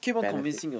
benefit